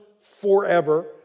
forever